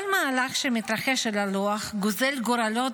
כל מהלך שמתרחש על הלוח גוזר גורלות,